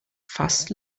fast